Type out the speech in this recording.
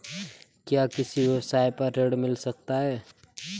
क्या किसी व्यवसाय पर ऋण मिल सकता है?